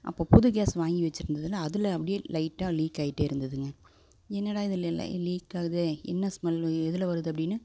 அப்போ புது கேஸ் வாங்கி வச்சுருந்ததுல அதில் அப்படியே லைட்டாக லீக் ஆகிட்டே இருந்ததுங்க என்னடா இதில் லைட்டாக லீக் ஆகுதே என்ன ஸ்மெல் எதில் வருது அப்படினு